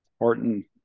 important